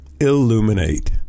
illuminate